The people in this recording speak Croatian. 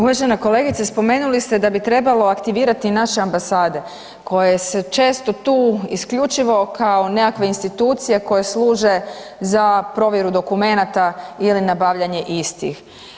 Uvažena kolegice spomenuli ste da bi trebalo aktivirati naše ambasade koje se često tu isključivo kao nekakve institucije koje služe za provjeru dokumenata ili nabavljanje istih.